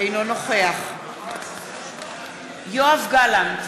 אינו נוכח יואב גלנט,